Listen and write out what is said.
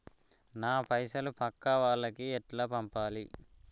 నా పైసలు పక్కా వాళ్లకి ఎట్లా పంపాలి?